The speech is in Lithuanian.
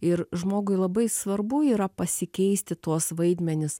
ir žmogui labai svarbu yra pasikeisti tuos vaidmenis